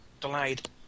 delayed